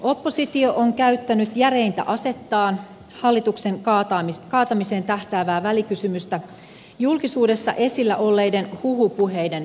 oppositio on käyttänyt järeintä asettaan hallituksen kaatamiseen tähtäävää välikysymystä julkisuudessa esillä olleiden huhupuheiden perusteella